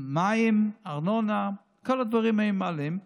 מים, ארנונה, את כל הדברים הם מעלים.